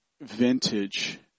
vintage